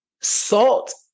Salt